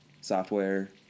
software